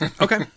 Okay